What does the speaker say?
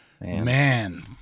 man